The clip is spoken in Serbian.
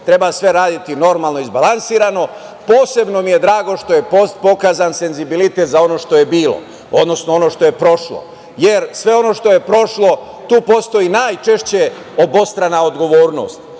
treba sve raditi normalno i izbalansirano. Posebno mi je drago što je pokazan senzibilitet za ono što je bilo, odnosno ono što je prošlo, jer sve ono što je prošlo tu postoji najčešće obostrana odgovornost,